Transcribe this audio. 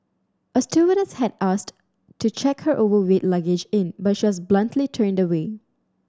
a stewardess had asked to check her overweight luggage in but she was bluntly turned away